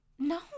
No